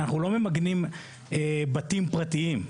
אנחנו לא ממגנים בתים פרטיים.